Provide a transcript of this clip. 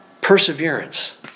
Perseverance